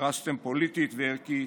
קרסתם פוליטית וערכית,